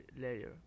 layer